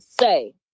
say